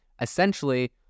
essentially